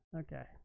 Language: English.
okay